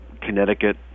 connecticut